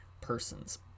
persons